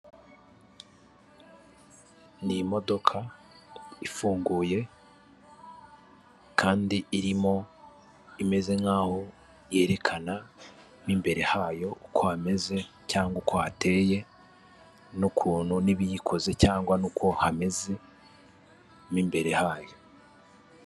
Ni imodoka ifunguye kandi irimo imeze nkaho yerekana mu imbere hayo uko hameze cyangwa uko hateye n'ukuntu n'ibiyikoze cyangwa n'uko hameze mu imbere hayo.